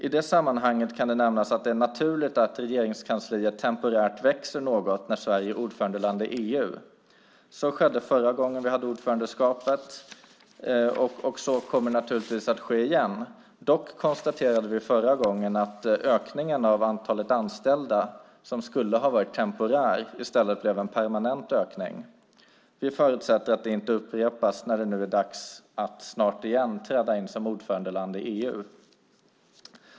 I det sammanhanget kan det nämnas att det är naturligt att Regeringskansliet temporärt växer något när Sverige är ordförandeland i EU. Så skedde förra gången vi hade ordförandeskapet, och så kommer naturligtvis att ske igen. Dock konstaterade vi förra gången att ökningen av antalet anställda, som skulle ha varit temporär, i stället blev en permanent ökning. Vi förutsätter att det inte upprepas när det nu snart är dags att återigen träda in som ordförandeland i EU.